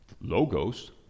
logos